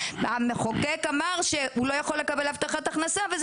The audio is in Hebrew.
המחוקק אמר שהוא לא יכול לקבל הבטחת הכנסה בגלל האוטו